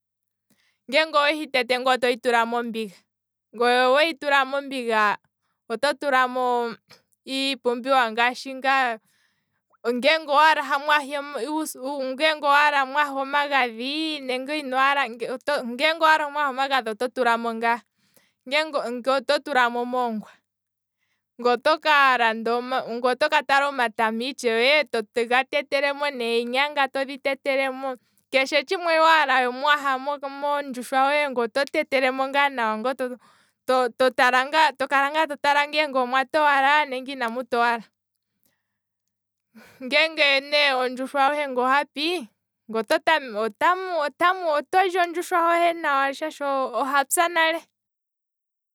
Ngele owehi tete, otohi tula mombiga, mombiga to tulamo iipumbiwa ngaashi ngaa. ngeenge owala mwaha. ngeenge owaala mwaha omagadhi nenge inwaala, ngeenge owaala mwaha omagadhi oto tulamo ngaa, nge oto tulamo omongwa, ngweye otoka landa, ngweye otoka tala omatama itshewe toga tetelemo neenyanga to tetelemo, keshe tshimwe waala mwaha mondjushwa hohe ngweye oto tetelemo ngaa, to kala ngaa to tala ngele omwa towala nenge inamu towala, ngeenge ne ondjushwa hohe hapi, ngweye otamu otamu oto- oto li ondjushwa hohe nawa shaashi ohapya nale.